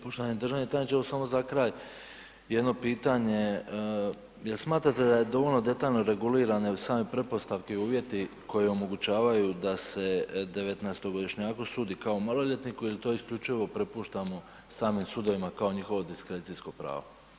Poštovani državni tajniče, evo samo za kraj jedno pitanje, jel smatrate da je dovoljno detaljno regulirano od same pretpostavke i uvjeti koji omogućavaju da se 19-godišnjaku sudi kao maloljetniku ili to isključivo prepuštamo samim sudovima kao njihovo diskrecijsko pravo?